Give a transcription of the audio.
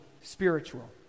spiritual